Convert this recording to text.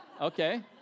okay